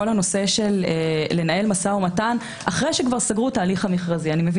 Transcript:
כל הנושא של לנהל משא ומתן אחרי שכבר סגרו את ההליך המכרזי.